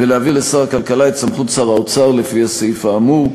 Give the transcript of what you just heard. ולהעביר לשר הכלכלה את סמכות שר האוצר לפי הסעיף האמור.